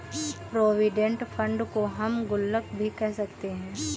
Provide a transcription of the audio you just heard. provident fund को हम गुल्लक भी कह सकते हैं